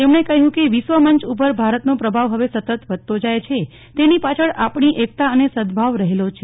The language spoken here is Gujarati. તેમણે કહ્યુ કે વિશ્વ મંચ ઉપર ભારતનો પ્રભાવ હવે સતત વધતો જાય છે તેની પાછળ આપણી એકતા અને સદભવા રહેલો છે